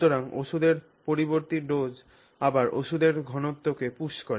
সুতরাং ওষুধের পরবর্তী ডোজ আবার ওষুধের ঘনত্বকে পুশ করে